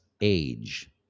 age